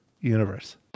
Universe